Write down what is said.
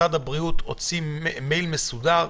משרד הבריאות הוציא מייל מסודר,